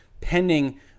pending